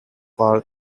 power